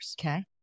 Okay